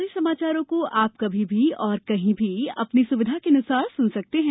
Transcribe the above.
हमारे समाचारों को अब आप कभी भी और कहीं भी अपनी सुविधा के अनुसार सुन सकते हैं